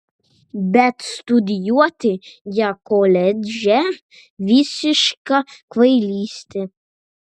bet studijuoti ją koledže visiška kvailystė